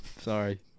Sorry